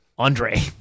Andre